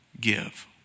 Give